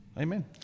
Amen